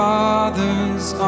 father's